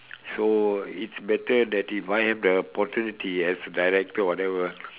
so it's better that if I have the opportunity as the director of whatever